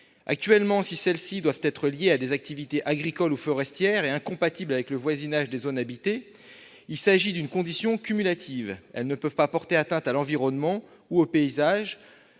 Actuellement, si celles-ci doivent être liées à des activités agricoles ou forestières, incompatibles avec le voisinage de zones habitées, les conditions prévues sont cumulatives : ces dérogations ne peuvent pas porter atteinte à l'environnement ou aux paysages,